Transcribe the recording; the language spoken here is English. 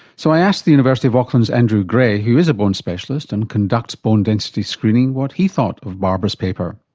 so i asked the university of auckland's andrew grey, who is a bone specialist and conducts bone density screening, what he thought of barbara's paper?